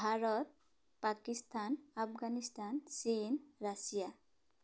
ভাৰত পাকিস্তান আফগানিস্তান চীন ৰাছিয়া